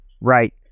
Right